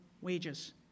wages